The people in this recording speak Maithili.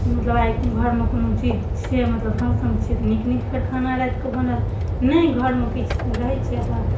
मतलब आइ घरमे कोनो चीज छियै मतलब फंक्शन छियै तऽ नीक नीक फेर खाना रातिकऽ बनल नहि घरमे किछु रहय छै अपन